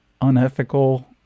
unethical